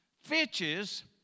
Fitches